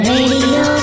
Radio